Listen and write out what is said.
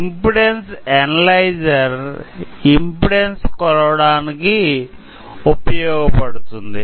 impedance analyser impedance కొలవడానికి ఉపయోగపడుతుంది